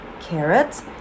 carrots